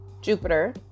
Jupiter